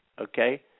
Okay